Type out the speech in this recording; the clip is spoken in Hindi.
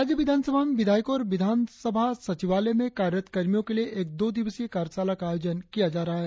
राज्य विधानसभा में विधायकों और विधानसभा सचिवालय में कार्यरत कर्मियों के लिए एक दो दिवसीय कार्यशाला का आयोजन किया जा रहा है